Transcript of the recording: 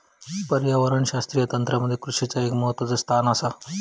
पर्यावरणशास्त्रीय तंत्रामध्ये कृषीचा एक महत्वाचा स्थान आसा